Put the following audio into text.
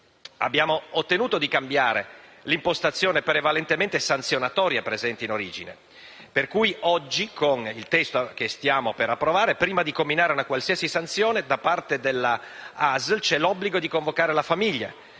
Abbiamo ottenuto di cambiare l'impostazione prevalentemente sanzionatoria presente in origine, per cui oggi con il testo che stiamo per approvare, prima di comminare una qualsiasi sanzione c'è l'obbligo da parte dell'ASL di convocare la famiglia,